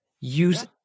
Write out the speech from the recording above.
use